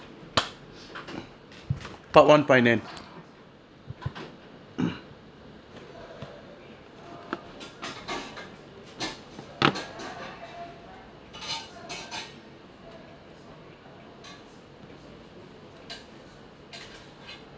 part one finance